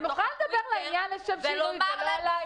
את יכולה לדבר לעניין לשם שינוי ולא עליי?